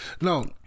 No